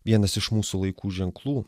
vienas iš mūsų laikų ženklų